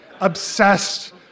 obsessed